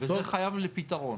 וזה חייב פתרון.